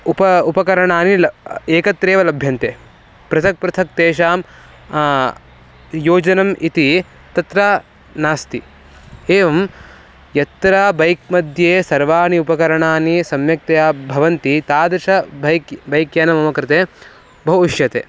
उप उपकरणानि ल एकत्रेव लभ्यन्ते पृथक् पृथक् तेषां योजनम् इति तत्र नास्ति एवं यत्र बैक्मध्ये सर्वाणि उपकरणानि सम्यक्तया भवन्ति तादृशं भैक् बैक्यानं मम कृते बहु इष्यते